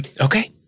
Okay